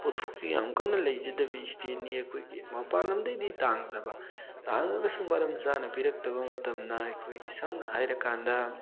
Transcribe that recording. ꯄꯣꯠꯊꯣꯛꯁꯨ ꯌꯥꯝ ꯀꯟꯅ ꯂꯩꯖꯗꯕꯤ ꯏꯁꯇꯦꯠꯅꯤ ꯑꯩꯈꯣꯏꯒꯤ ꯃꯄꯥꯟ ꯂꯝꯗꯩꯗꯤ ꯇꯥꯡꯖꯕ ꯇꯥꯡꯉꯒꯁꯨ ꯃꯔꯝ ꯆꯥꯅ ꯄꯤꯔꯛꯇꯕ ꯃꯇꯅ ꯑꯩꯈꯣꯏꯒꯤ ꯁꯝꯅ ꯍꯥꯏꯔ ꯀꯥꯟꯗ